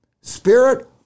spirit